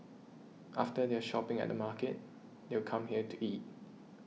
after their shopping at the market they would come here to eat